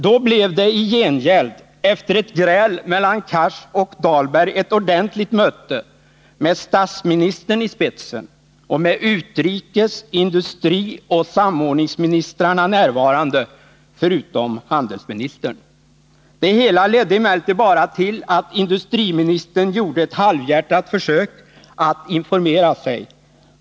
Då blev det i gengäld, efter ett gräl mellan Hadar Cars och Benkt Dahlberg, ett ordentligt möte med statsministern i spetsen och med, förutom handelsministern, utrikes-, industrioch samordningsministrarna närvarande. Det hela ledde emellertid bara till att industriministern gjorde ett halvhjärtat försök att informera sig.